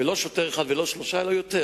ולא שוטר אחד או שלושה אלא יותר.